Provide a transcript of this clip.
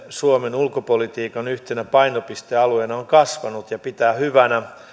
suomen ulkopolitiikan yhtenä painopistealueena on kasvanut ja pitää hyvänä